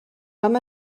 vam